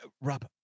Rob